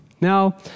Now